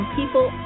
people